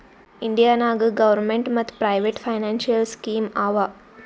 India ನಾಗ್ government ಮತ್ private financial scheme ಆವಾ